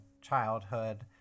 childhood